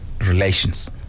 relations